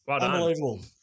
unbelievable